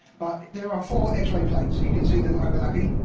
but there are four x-ray plates. you can see them overlapping.